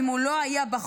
אם הוא לא היה בחוק,